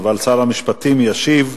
אבל שר המשפטים ישיב.